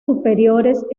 superiores